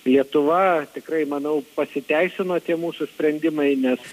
lietuva tikrai manau pasiteisino tie mūsų sprendimai nes